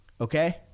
Okay